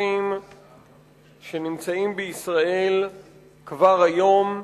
אנשים שכבר נמצאים בישראל היום,